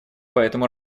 поэтому